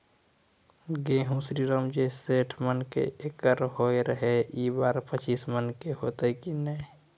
गेहूँ श्रीराम जे सैठ मन के एकरऽ होय रहे ई बार पचीस मन के होते कि नेय?